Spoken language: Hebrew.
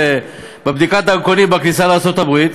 בבדיקת דרכונים בכניסה לארצות-הברית,